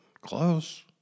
close